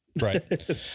Right